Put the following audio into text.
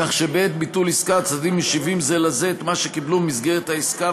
כך שבעת ביטול עסקה הצדדים משיבים אחד לשני את מה שקיבלו במסגרת העסקה,